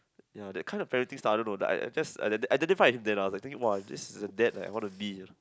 ya that kind of parenting style I don't know I just I identify with him then I was thinking like !wah! this is the dad I wanna be